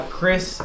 Chris